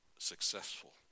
successful